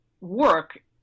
work